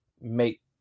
make